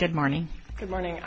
good morning good morning